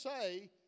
say